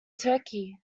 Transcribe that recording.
turkey